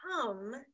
come